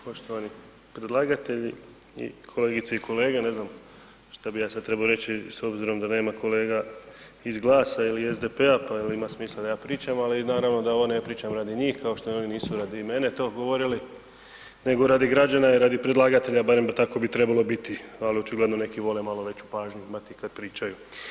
Poštovani predlagatelji i kolegice i kolege, ne znam što bi ja sad trebao reći s obzirom da nema kolega iz GLAS-a ili SDP-a pa je li ima smisla da ja pričam, ali naravno da ovo ne pričam radi njih, kao što oni nisu ni radi mene to govorili nego radi građana i radi predlagatelja, barem bi tako bi trebalo biti, ali očigledno neki vole malo veću pažnju imati kad pričaju.